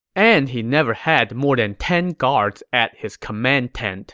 and he never had more than ten guards at his command tent